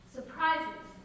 Surprises